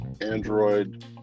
Android